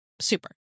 Super